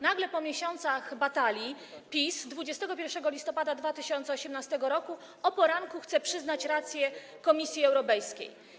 Nagle po miesiącach batalii PiS 21 listopada 2018 r. o poranku chce przyznać rację Komisji Europejskiej.